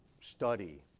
study